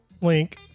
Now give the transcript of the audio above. link